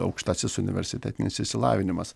aukštasis universitetinis išsilavinimas